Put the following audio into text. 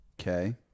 Okay